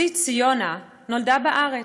אחותי ציונה נולדה בארץ.